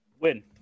Win